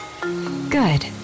Good